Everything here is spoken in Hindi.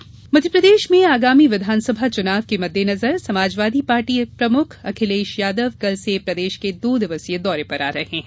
अखिलेश दौरा मध्यप्रदेश में आगामी विधानसभा चुनाव के मद्देनजर समाजवादी पार्टी प्रमुख अखिलेश यादव कल से प्रदेश के दो दिवसीय दौरे पर आ रहे हैं